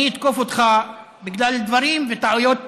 אני אתקוף אותך בגלל דברים וטעויות